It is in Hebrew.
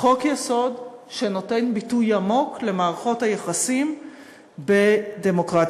חוק-יסוד שנותן ביטוי עמוק למערכות היחסים בדמוקרטיה